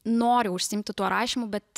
nori užsiimti tuo rašymu bet